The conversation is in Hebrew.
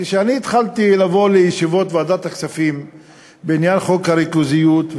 כשהתחלתי לבוא לישיבות ועדת הכספים בעניין חוק הריכוזיות,